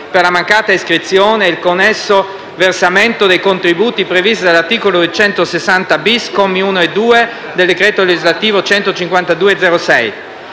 per la mancata iscrizione e il connesso versamento dei contributi previsti all'articolo 260-*bis*, commi 1 e 2, del decreto legislativo n.